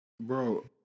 Bro